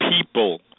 people